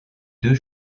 deux